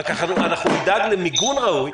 רק אנחנו נדאג למיגון ראוי,